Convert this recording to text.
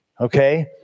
okay